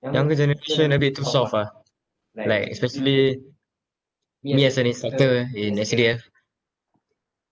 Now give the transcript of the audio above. younger generation a bit too soft ah like especially me as solicitor in S_D_F